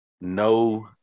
no